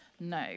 No